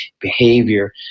behavior